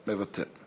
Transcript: מוותר.